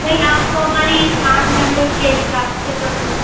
नहीं आप तो हमारी सात मेम्बर्स के हिसाब से कर लो